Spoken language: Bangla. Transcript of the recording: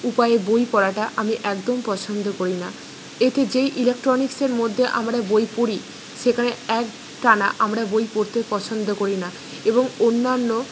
উপায়ে বই পড়াটা আমি একদম পছন্দ করি না এতে যেই ইলেক্ট্রনিক্সের মধ্যে আমরা বই পড়ি সেখানে একটানা আমরা বই পড়তে পছন্দ করি না এবং অন্যান্য